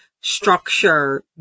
structure